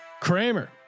Kramer